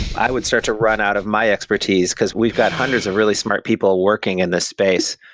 i would start to run out of my expertise because we've got hundreds of really smart people working in this space.